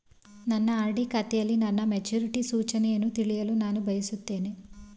ನನ್ನ ಆರ್.ಡಿ ಖಾತೆಯಲ್ಲಿ ನನ್ನ ಮೆಚುರಿಟಿ ಸೂಚನೆಯನ್ನು ತಿಳಿಯಲು ನಾನು ಬಯಸುತ್ತೇನೆ